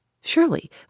Surely